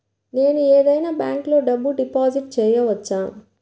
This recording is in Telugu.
నేను ఏదైనా బ్యాంక్లో డబ్బు డిపాజిట్ చేయవచ్చా?